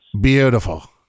beautiful